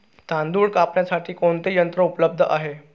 तांदूळ कापण्यासाठी कोणते यंत्र उपलब्ध आहे?